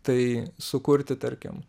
tai sukurti tarkim